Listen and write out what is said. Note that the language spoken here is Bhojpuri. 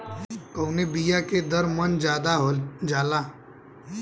कवने बिया के दर मन ज्यादा जाला?